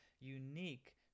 unique